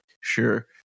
Sure